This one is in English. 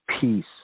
peace